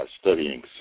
studying